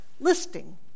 listing